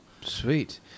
sweet